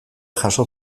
jaso